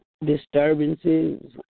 disturbances